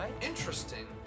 Interesting